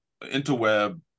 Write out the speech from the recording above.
Interweb